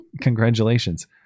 Congratulations